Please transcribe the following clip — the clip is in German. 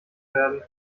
werden